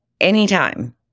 anytime